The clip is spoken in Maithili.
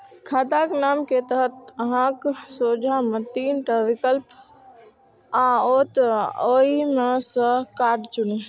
खाताक नाम के तहत अहांक सोझां मे तीन टा विकल्प आओत, ओइ मे सं कार्ड चुनू